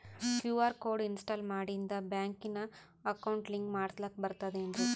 QR code install ಮಾಡಿಂದ ಬ್ಯಾಂಕಿನ account link ಮಾಡಸ್ಲಾಕ ಬರ್ತದೇನ್ರಿ